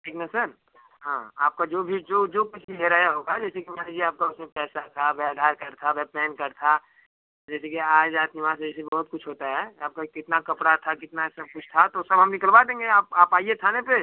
ठीक न सर हाँ आपका जो भी जो जो कुछ भी हेराया होगा जैसे कि मान लीजिए आपका उसमें पैसा था वह आधार कार्ड था वह पैन कार्ड था तो जैसे कि आए जात वहाँ से ऐसे बहुत कुछ होता है आपका कितना कपड़ा था कितना सब कुछ था तो सब हम निकलवा देंगे आप आप आइए थाने पर